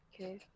Okay